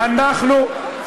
אנחנו,